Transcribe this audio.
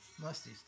Musty